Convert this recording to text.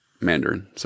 Mandarin